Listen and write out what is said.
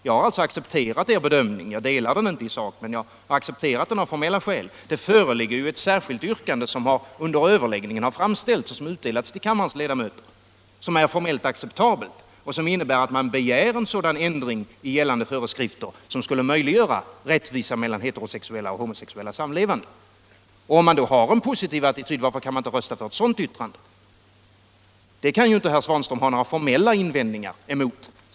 Jag har alltså av formella skäl accepterat er bedömning — jag delar den inte i sak. Det föreligger nu ett särskilt yrkande, som framställts under överläggningen och som är utdelat till kammarens ledamöter. som är formellt acceptabelt och som innebär att man begär en sådan ändring i gällande föreskrifter som skulle möjliggöra rättvisa mellan heterooch homosexuella samlevande. Om man då har en positiv attityd, varför kan man då inte rösta för ett sådant yrkande? Det kan väl herr Svanström ändå inte ha några formella invändningar emot?